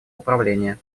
управления